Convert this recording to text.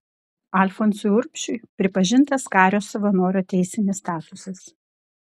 alfonsui urbšiui pripažintas kario savanorio teisinis statusas